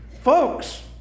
Folks